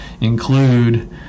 include